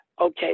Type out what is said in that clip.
Okay